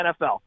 NFL